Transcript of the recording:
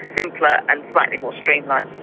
simpler and slightly more streamlined.